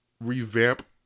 revamp